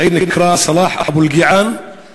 הצעיר נקרא סלאח אבו אלקיעאן,